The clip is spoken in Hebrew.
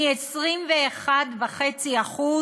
מ-21.5%